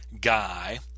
guy